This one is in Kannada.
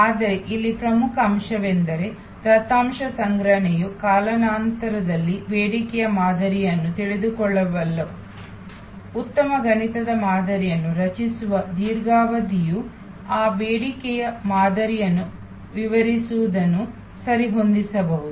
ಆದರೆ ಇಲ್ಲಿ ಪ್ರಮುಖ ಅಂಶವೆಂದರೆ ದತ್ತಾಂಶ ಸಂಗ್ರಹಣೆಯು ಕಾಲಾನಂತರದಲ್ಲಿ ಬೇಡಿಕೆಯ ಮಾದರಿಯನ್ನು ತಿಳಿದುಕೊಳ್ಳಬಲ್ಲದು ಉತ್ತಮ ಗಣಿತದ ಮಾದರಿಗಳನ್ನು ರಚಿಸುವ ದೀರ್ಘಾವಧಿಯು ಆ ಬೇಡಿಕೆಯ ಮಾದರಿಗಳನ್ನು ವಿಸ್ತರಿಸುವುದನ್ನು ಸರಿಹೊಂದಿಸಬಹುದು